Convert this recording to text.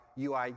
UI